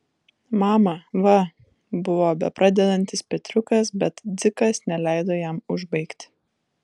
mama va buvo bepradedantis petriukas bet dzikas neleido jam užbaigti